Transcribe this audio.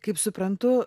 kaip suprantu